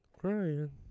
crying